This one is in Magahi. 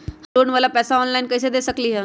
हम लोन वाला पैसा ऑनलाइन कईसे दे सकेलि ह?